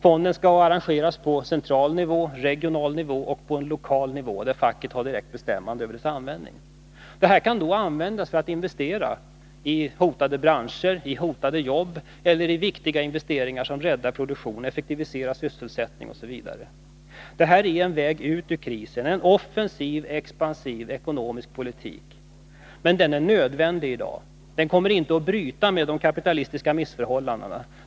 Fonden skall arrangeras på central nivå, regional nivå och på en lokal nivå där facket har direkt bestämmande över dess användning. Pengarna skall satsas i hotade branscher, i hotade jobb eller i viktiga investeringar som räddar produktion, effektiviserar produktion, räddar sysselsättning osv. Det här är en väg ut ur krisen, en offensiv och expansiv ekonomisk politik. En sådan politik är nödvändig i dag. Den kommer inte att bryta med de kapitalistiska missförhållandena.